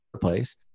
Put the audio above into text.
place